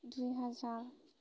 दुइ हाजार